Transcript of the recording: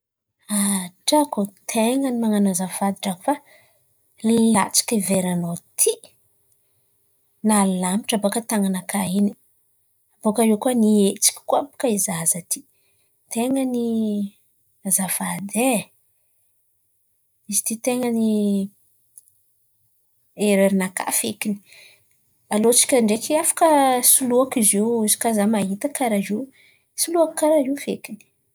Ah drako ô, ten̈a ny man̈ano azafady drako fa latsaka veranao ity. Nalamatra bôkà tan̈anakà in̈y bôkà eo koà nihetsika koà bakà i zaza ity. Ten̈a ny azafady e, izy ity ten̈a ny ererra nakà fekiny. Alô tsika ndraiky afaka soloako izy io izy kà mahita karà io, soloako kàra io fekiny.